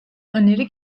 öneri